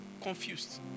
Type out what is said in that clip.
confused